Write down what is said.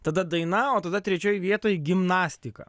tada daina o tada trečioj vietoj gimnastika